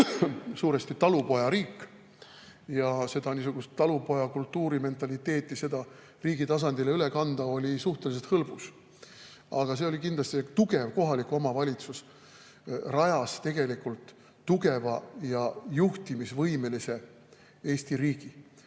suuresti ikkagi talupojariik ja niisugust talupojakultuuri ja -mentaliteeti riigi tasandile üle kanda oli suhteliselt hõlbus. Aga see oli kindlasti tugev kohalik omavalitsus, mis rajas tugeva ja juhtimisvõimelise Eesti riigi.